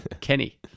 Kenny